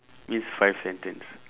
means five sentence